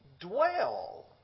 dwell